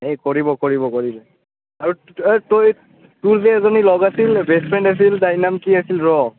এই কৰিব কৰিব কৰিব আৰু তোৰ যে এজনী লগ আছিল বেষ্ট ফ্ৰেণ্ড আছিল তাইৰ নাম কি আছিল ৰ